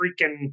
freaking